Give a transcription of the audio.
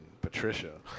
Patricia